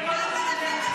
פרש.